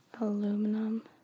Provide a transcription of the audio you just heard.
Aluminum